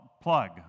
plug